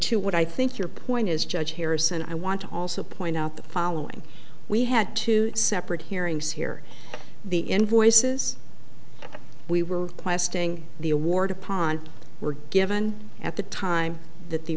to what i think your point is judge harrison i want to also point out the following we had two separate hearings here the invoices we were questing the award upon were given at the time that the